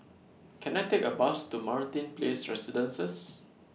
Can I Take A Bus to Martin Place Residences